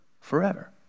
forever